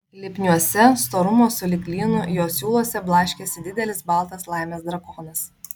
lipniuose storumo sulig lynu jo siūluose blaškėsi didelis baltas laimės drakonas